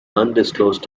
undisclosed